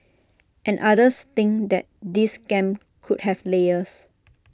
and others think that this scam could have layers